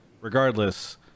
Regardless